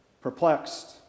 perplexed